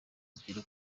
zigera